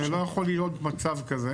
לא יכול להיות מצב כזה